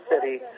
city